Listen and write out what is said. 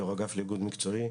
יו"ר האגף לאיגוד מקצועי.